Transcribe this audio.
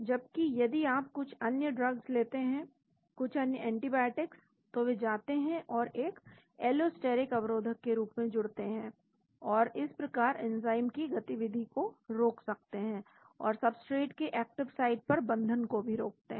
जबकि यदि आप कुछ अन्य ड्रग्स लेते हैं कुछ अन्य एंटीबायोटिक्स तो वे जाते हैं और एक एलोस्टेरिक अवरोधक के रूप में जुड़ते हैं और इसप्रकार एंजाइम की गतिविधि को रोकते हैं और सब्सट्रेट के एक्टिव साइट पर बंधन को भी रोकते हैं